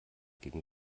gegen